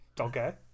Okay